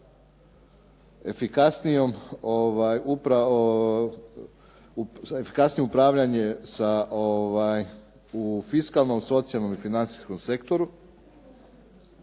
efikasnije upravljanje u fiskalnom, socijalnom i financijskom sektoru.